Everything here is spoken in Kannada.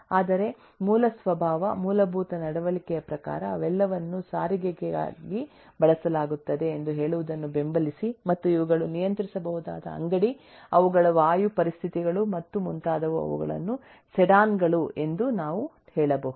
ಆದರೆ ಮೂಲ ಸ್ವಭಾವ ಮೂಲಭೂತ ನಡವಳಿಕೆಯ ಪ್ರಕಾರ ಅವೆಲ್ಲವನ್ನೂ ಸಾರಿಗೆಗಾಗಿ ಬಳಸಲಾಗುತ್ತದೆ ಎಂದು ಹೇಳುವುದನ್ನು ಬೆಂಬಲಿಸಿ ಮತ್ತು ಇವುಗಳು ನಿಯಂತ್ರಿಸಬಹುದಾದ ಅಂಗಡಿ ಅವುಗಳ ವಾಯು ಪರಿಸ್ಥಿತಿಗಳು ಮತ್ತು ಮುಂತಾದವು ಅವುಗಳನ್ನು ಸೆಡಾನ್ ಗಳು ಎಂದು ನಾವು ಹೇಳಬಹುದು